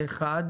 הצבעה בעד